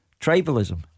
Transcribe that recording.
tribalism